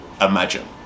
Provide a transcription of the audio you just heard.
imagine